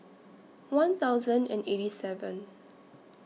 one thousand and eighty seven